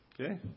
Okay